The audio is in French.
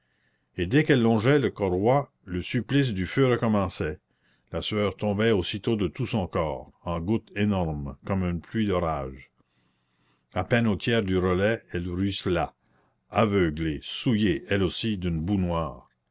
et dès qu'elle longeait le corroi le supplice du feu recommençait la sueur tombait aussitôt de tout son corps en gouttes énormes comme une pluie d'orage a peine au tiers du relais elle ruissela aveuglée souillée elle aussi d'une boue noire